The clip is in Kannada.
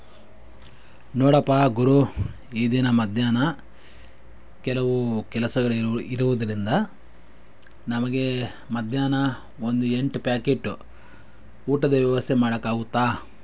ನೋಡಪ್ಪಾ ಗುರು ಈ ದಿನ ಮಧ್ಯಾಹ್ನ ಕೆಲವು ಕೆಲಸಗಳಿರು ಇರುವುದರಿಂದ ನಮಗೆ ಮಧ್ಯಾಹ್ನ ಒಂದು ಎಂಟು ಪ್ಯಾಕೇಟು ಊಟದ ವ್ಯವಸ್ಥೆ ಮಾಡೋಕಾಗುತ್ತಾ